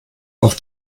auf